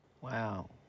Wow